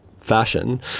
fashion